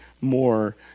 more